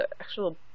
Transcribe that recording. actual